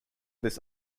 this